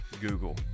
Google